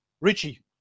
Richie